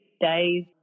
days